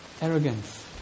Arrogance